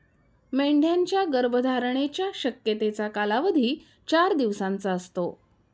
मेंढ्यांच्या गर्भधारणेच्या शक्यतेचा कालावधी चार दिवसांचा असतो